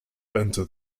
enter